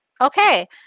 Okay